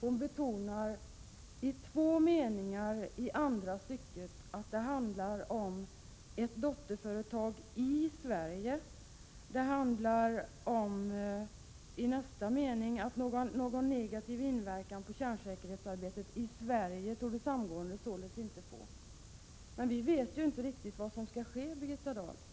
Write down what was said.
Hon betonar i andra styckets första mening att det handlar om ett dotterföretag i Sverige. I nästa mening framhåller Birgitta Dahl: ”Någon negativ inverkan på kärnsäkerhetsarbetet i Sverige torde samgåendet således inte få.” Men vi vet inte riktigt vad som skall ske, Birgitta Dahl.